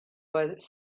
was